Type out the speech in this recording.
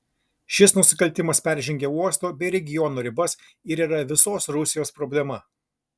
šis nusikaltimas peržengia uosto bei regiono ribas ir yra visos rusijos problema